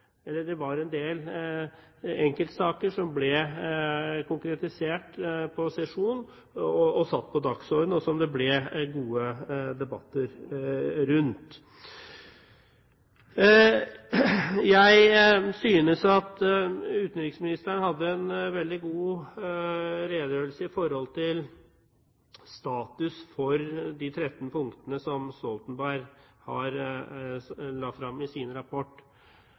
og satt på dagsordenen, og som det ble gode debatter rundt. Jeg synes at utenriksministeren hadde en veldig god redegjørelse om status for de 13 punktene som Stoltenberg la frem i sin rapport.